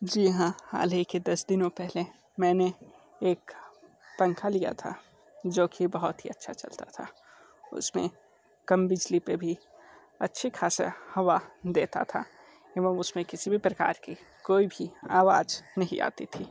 जी हाँ हाल ही के दस दिनों पहले मैंने एक पंखा लिया था जो कि बहुत ही अच्छा चलता था उसमें कम बिजली पर भी अच्छी ख़ासी हवा देता था एवं उस में किसी भी प्रकार की कोई भी आवाज़ नहीं आती थी